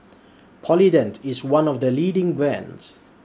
Polident IS one of The leading brands